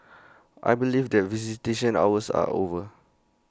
I believe that visitation hours are over